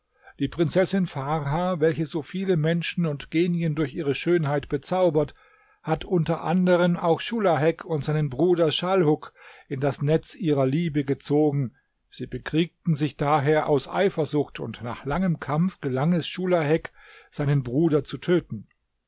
die prinzessin farha welche so viele menschen und genien durch ihre schönheit bezaubert hat unter anderen auch schulahek und seinen bruder schalhuk in das netz ihrer liebe gezogen sie bekriegten sich daher aus eifersucht und nach langem kampf gelang es schulahek seinen bruder zu töten